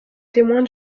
témoin